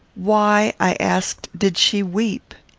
why, i asked, did she weep?